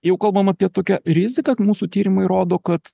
jau kalbam apie tokią riziką mūsų tyrimai rodo kad